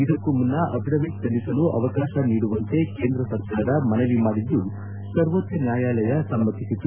ಇದಕ್ಕೂ ಮುನ್ನ ಅಫಿಡವಿಟ್ ಸಲ್ಲಿಸಲು ಅವಕಾಶ ನೀಡುವಂತೆ ಕೇಂದ್ರ ಸರ್ಕಾರ ಮನವಿ ಮಾಡಿದ್ಲು ಸರ್ವೋಚ್ನ ನ್ನಾಯಾಲಯ ಸಮ್ನತಿಸಿತ್ತು